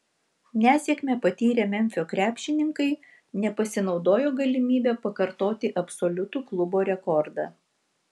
nesėkmę patyrę memfio krepšininkai nepasinaudojo galimybe pakartoti absoliutų klubo rekordą